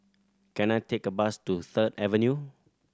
can I take a bus to Third Avenue